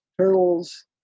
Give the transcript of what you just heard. turtles